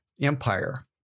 Empire